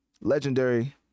Legendary